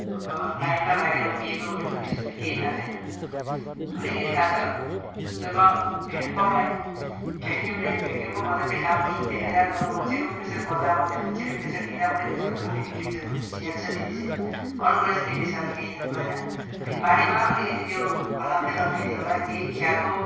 अब लाइनमा लागेर उभिएको ओरेको त्यस्तो त केही थाहा छैन अलिकिति थाहा छ जब ह्यान्डपम्पलाई भ्याक्युमले भ्याकुमको मद्दतले काम गर्छ त्यसले र जब मन्छेको प्रेसर पर्दा मात्रै मान्छेले प्रेसर दिँदा मात्रै त्यसबाट पानी निक्लिन्छ भनेको चाहिँ याद छ त्यति चाहिँ अरू कुरा चाहिँ त्यति साह्रो केही याद भएन अनि पानीमा अलिकति त्यो फलामले गर्दाखेरि होला केही खियाको